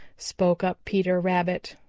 spoke up peter rabbit.